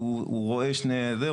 הוא רואה שני זה,